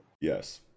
Yes